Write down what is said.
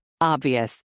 Obvious